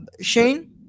Shane